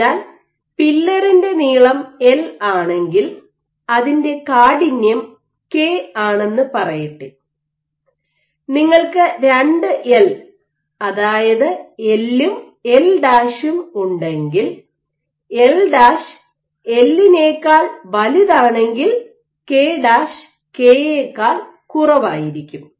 അതിനാൽ പില്ലറിന്റെ നീളം എൽ ആണെങ്കിൽ അതിന്റെ കാഠിന്യം കെ ആണെന്ന് പറയട്ടെ നിങ്ങൾക്ക് രണ്ട് എൽ അതായത് എൽ ഉം എൽ ഡാഷും L and L ഉണ്ടെങ്കിൽ L dash L L ＞ L നെക്കാൾ വലുതാണെങ്കിൽ K dash K K ＜ K യേക്കാൾ കുറവായിരിക്കും